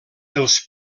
els